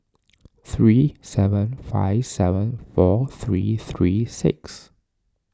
three seven five seven four three three six